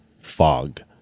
Fog